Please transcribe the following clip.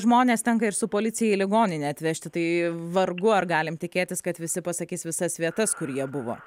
žmones tenka ir su policija į ligoninę atvežti tai vargu ar galim tikėtis kad visi pasakys visas vietas kur jie buvo